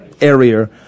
area